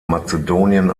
mazedonien